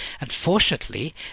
Unfortunately